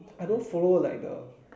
I don't follow like the